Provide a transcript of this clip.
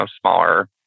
smaller